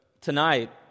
tonight